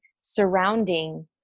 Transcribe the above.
surrounding